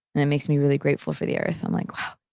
and it makes me really grateful for the earth. i'm like, wow,